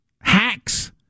hacks